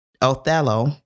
Othello